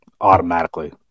automatically